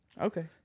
Okay